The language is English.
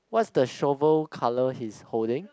what's the shovel colour he's holding